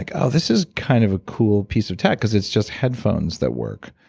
like oh, this is kind of a cool piece of tech, because it's just headphones that work.